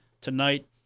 tonight